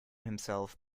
himself